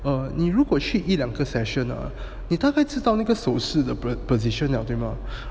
err 你如果去一两个 session ah 你大概知道那个手施饰的 position 了对吗